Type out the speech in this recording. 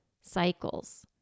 cycles